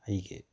ꯑꯩꯒꯤ